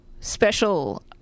special